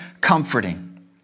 comforting